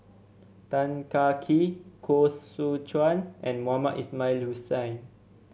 Tan Kah Kee Koh Seow Chuan and Mohamed Ismail Hussain